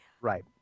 Right